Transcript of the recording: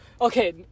Okay